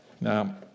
Now